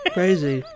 Crazy